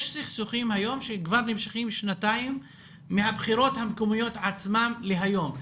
יש סכסוכים היום שכבר נמשכים שנתיים מהבחירות המקומיות עצמן להיום.